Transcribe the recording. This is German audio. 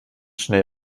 schnell